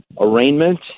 arraignment